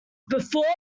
before